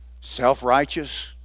self-righteous